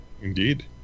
Indeed